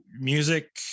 music